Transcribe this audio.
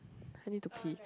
I need to pee